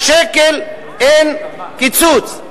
שקל אין קיצוץ.